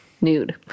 Nude